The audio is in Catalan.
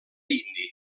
indi